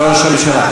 לא לראש הממשלה.